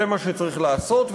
זה מה שצריך לעשות,